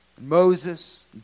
Moses